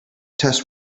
test